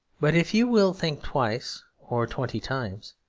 but if you will think twice or twenty times,